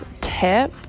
tip